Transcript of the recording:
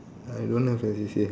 I don't have a C_C_A